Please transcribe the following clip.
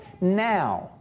now